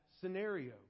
scenario